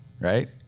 Right